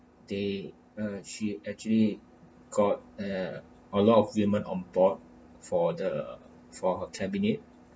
they uh she actually got uh a lot of women on board for the for her cabinet